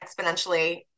exponentially